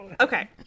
okay